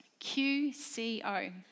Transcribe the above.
QCO